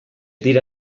dira